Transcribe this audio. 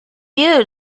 you